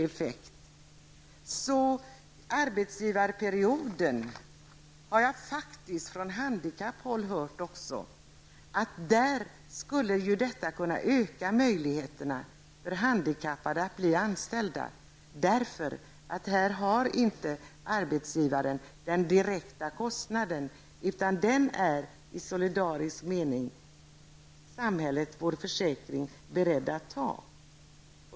Jag har faktiskt hört från handikapphåll att arbetsgivarperioden skulle kunna öka möjligheterna för handikappade att bli anställda. Det beror på att arbetsgivaren där inte har den direkta kostnaden, utan den är i solidarisk mening samhället, vår försäkring, beredd att ta.